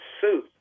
suit